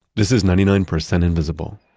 this is ninety nine percent invisible.